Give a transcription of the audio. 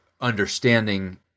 understanding